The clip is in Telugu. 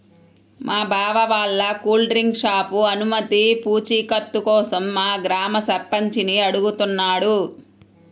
మా బావ వాళ్ళ కూల్ డ్రింక్ షాపు అనుమతి పూచీకత్తు కోసం మా గ్రామ సర్పంచిని అడుగుతున్నాడు